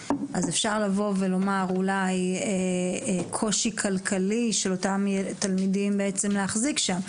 אז אפשר לבוא ולומר אולי קושי כלכלי של אותם תלמידים להחזיק שם,